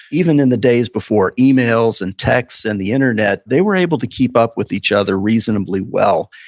even in the days before emails and texts and the internet, they were able to keep up with each other reasonably well.